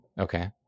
Okay